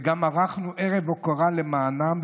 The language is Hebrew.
וגם ערכנו ערב הוקרה למענם,